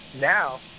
Now